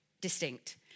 distinct